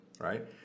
Right